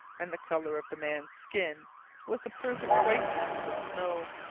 and the colour of the man's skin was the perfect whiteness of snow.